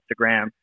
Instagram